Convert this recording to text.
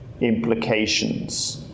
implications